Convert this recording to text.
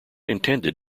intended